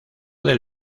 del